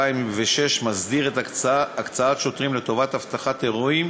מסדיר הקצאת שוטרים לטובת אבטחת אירועים